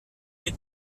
les